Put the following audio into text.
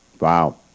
Wow